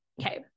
Okay